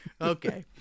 Okay